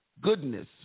goodness